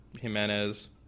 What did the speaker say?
Jimenez